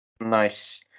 Nice